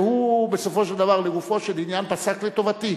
והוא בסופו של דבר, לגופו של עניין, פסק לטובתי,